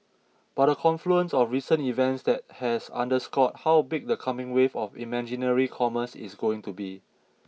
but a confluence of recent events that has underscored how big the coming wave of imaginary commerce is going to be